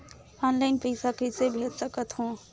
Online पइसा कइसे भेज सकत हो?